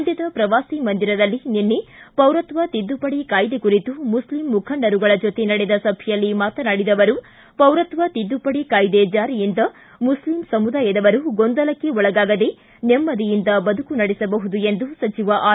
ಮಂಡ್ಕದ ಪ್ರವಾಸಿ ಮಂದಿರದಲ್ಲಿ ನಿನ್ನೆ ಪೌರತ್ವ ತಿದ್ದುಪಡಿ ಕಾಯ್ದೆ ಕುರಿತು ಮುಸ್ಲಿಂ ಮುಖಂಡರುಗಳ ಜೊತೆ ನಡೆದ ಸಭೆಯಲ್ಲಿ ಮಾತನಾಡಿದ ಅವರು ಪೌರತ್ವ ತಿದ್ಲುಪಡಿ ಕಾಯ್ದೆ ಜಾರಿಯಿಂದ ಮುಸ್ಲಿಂ ಸಮುದಾಯದವರು ಗೊಂದಲಕ್ಕೆ ಒಳಗಾಗದೇ ನೆಮ್ನದಿಯಂದ ಬದುಕು ನಡೆಸಬಹುದು ಎಂದು ಸಚಿವ ಆರ್